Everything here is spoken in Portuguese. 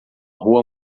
rua